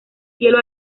cielo